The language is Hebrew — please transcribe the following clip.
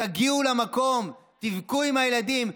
תגיעו למקום, תבכו עם הילדים.